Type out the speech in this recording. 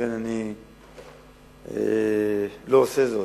ולכן אני לא עושה זאת.